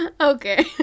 Okay